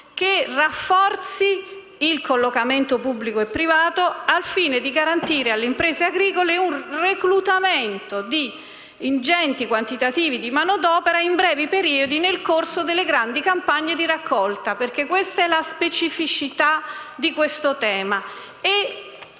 che rafforzi il collocamento pubblico e privato, al fine di garantire alle imprese agricole il reclutamento di ingenti quantitativi di manodopera in brevi periodi nel corso delle grandi campagne di raccolta, perché questa è la specificità di questo tema.